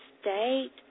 state